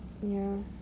ya